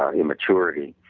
ah immaturity.